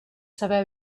saber